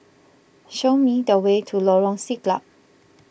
show me the way to Lorong Siglap